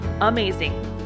amazing